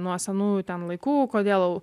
nuo senųjų ten laikų kodėl